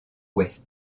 ouest